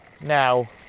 Now